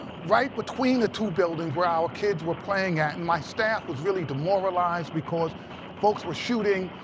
right between the two buildings where our kids were playing at. and my staff was really demoralized, because folks were shooting.